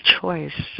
choice